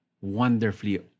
wonderfully